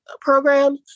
program